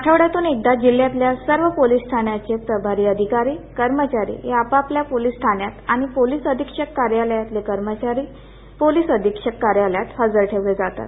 आठवड्यातून एकदा जिल्ह्यातल्या सर्व पोलीस ठाण्याचे प्रभारी अधिकारीकर्मचारी हे आपआपल्या पोलीस ठाण्यात आणि पोलीस अधीक्षक कार्यालयातले कर्मचारी पोलीस अधीक्षक कार्यालयात हजर ठेवले जातात